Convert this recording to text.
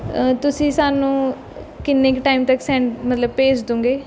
ਤੁਸੀਂ ਸਾਨੂੰ ਕਿੰਨੇ ਕੁ ਟਾਈਮ ਤੱਕ ਸੈਂ ਮਤਲਬ ਭੇਜ ਦੋਗੇ